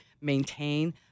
maintain